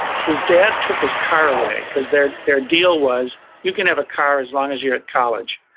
his dad took his car away cause their their deal was, you can have a car, as long as you're at college.